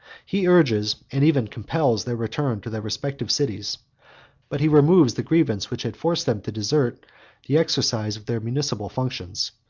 he urges, and even compels, their return to their respective cities but he removes the grievance which had forced them to desert the exercise of their municipal functions.